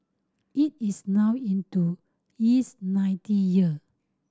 it is now into its ninth year